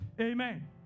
amen